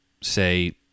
say